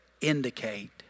indicate